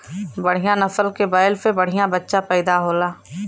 बढ़िया नसल के बैल से बढ़िया बच्चा पइदा होला